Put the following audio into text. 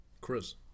Chris